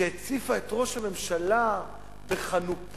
שהציפה את ראש הממשלה בחנופה,